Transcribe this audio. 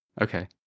Okay